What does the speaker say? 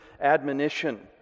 admonition